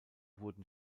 wurden